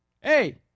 Hey